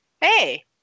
hey